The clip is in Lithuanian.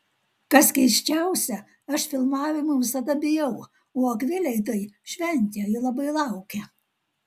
kas keisčiausia aš filmavimų visada bijau o akvilei tai šventė ji labai laukia